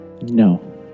No